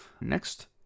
next